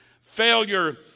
Failure